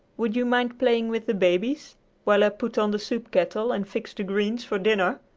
would you mind playing with the babies while i put on the soup-kettle and fix the greens for dinner?